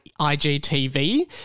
IGTV